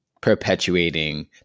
perpetuating